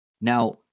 Now